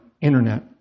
Internet